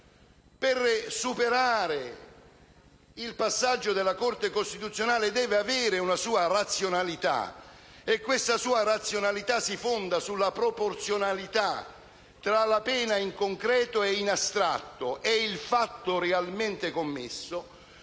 per superare il passaggio della Corte costituzionale, deve avere una sua razionalità, e questa si fonda sulla proporzionalità tra la pena, in concreto e in astratto, e il fatto realmente commesso,